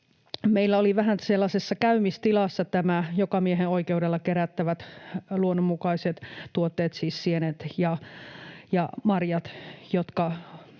ja on hyvä koordinoida tämä valvonta. Nämä jokamiehenoikeudella kerättävät luonnonmukaiset tuotteet, siis sienet ja marjat, olivat